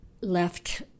left